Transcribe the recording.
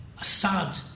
Assad